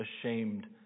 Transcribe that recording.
ashamed